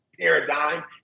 paradigm